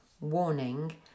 warning